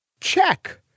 Check